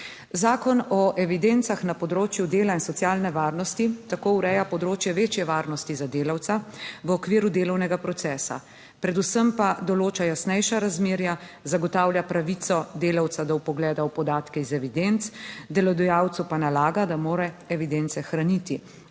Zakon o evidencah na področju dela in socialne varnosti tako ureja področje večje varnosti za delavca v okviru delovnega procesa, predvsem pa določa jasnejša razmerja, zagotavlja pravico delavca do vpogleda v podatke iz evidenc, delodajalcu pa nalaga, da mora evidence hraniti,